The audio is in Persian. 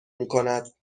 میکند